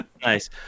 Nice